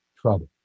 trouble